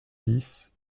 dix